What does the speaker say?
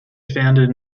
founded